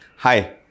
Hi